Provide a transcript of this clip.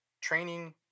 training